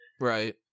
Right